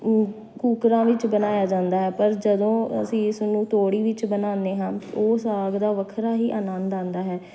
ਕੂ ਕੂੱਕਰਾਂ ਵਿੱਚ ਬਣਾਇਆ ਜਾਂਦਾ ਹੈ ਪਰ ਜਦੋਂ ਅਸੀਂ ਇਸ ਨੂੰ ਤੋੜੀ ਵਿੱਚ ਬਣਾਉਂਦੇ ਹਾਂ ਉਹ ਸਾਗ ਦਾ ਵੱਖਰਾ ਹੀ ਆਨੰਦ ਆਉਂਦਾ ਹੈ